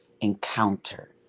encounter